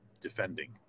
defending